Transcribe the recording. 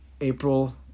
April